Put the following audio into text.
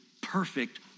perfect